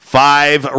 five